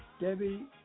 Debbie